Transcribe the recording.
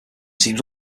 seems